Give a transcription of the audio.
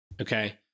Okay